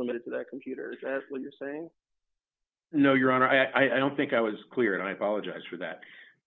limited to their computers as well you're saying no your honor i don't think i was clear and i apologize for that